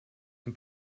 dem